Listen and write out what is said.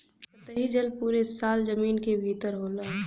सतही जल पुरे साल जमीन क भितर होला